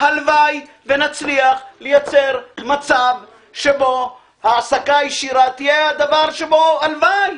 הלוואי שנצליח לייצר מצב שבו העסקה ישירה תהיה הלוואי.